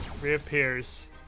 reappears